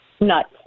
Nuts